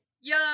Yo